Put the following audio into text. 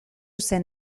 zen